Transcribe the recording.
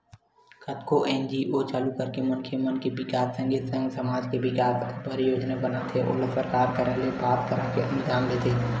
कतको एन.जी.ओ चालू करके मनखे मन के बिकास के संगे संग समाज के बिकास बर योजना बनाथे ओला सरकार करा ले पास कराके अनुदान लेथे